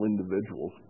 individuals